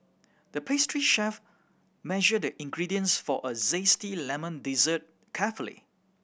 the pastry chef measured the ingredients for a zesty lemon dessert carefully